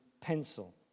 pencil